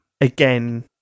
again